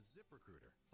ZipRecruiter